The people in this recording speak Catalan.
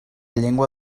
llengua